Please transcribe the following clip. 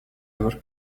ever